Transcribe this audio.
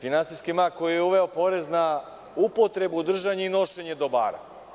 Finansijski mag koji je uveo porez na upotrebu, držanje i nošenje dobara.